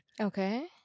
Okay